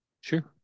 Sure